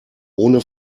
ohne